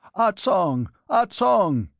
ah tsong! ah tsong!